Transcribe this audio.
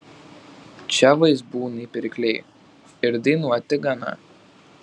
čia vaizbūnai pirkliai ir dainuoti gana